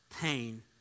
pain